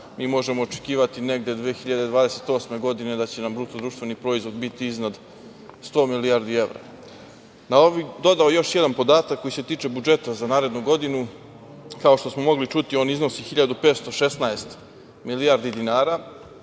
možemo očekivati negde 2028. godine da će nam BDP biti iznad sto milijardi evra. Na ovo bih dodao još jedan podatak koji se tiče budžeta za narednu godinu, kao što smo mogli čuti on iznosi 1516 milijardi dinara